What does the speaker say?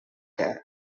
cat